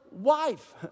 wife